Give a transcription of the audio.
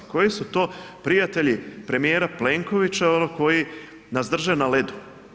Koji su to prijatelji premijera Plenkovića koji nas drže na ledu?